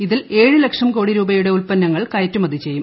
ഇതിൽ ഏഴു ലക്ഷം കോടി രൂപയുടെ ഉൽപ്പന്നങ്ങൾ കയറ്റുമതി ചെയ്യും